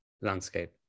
landscape